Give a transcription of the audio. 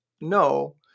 no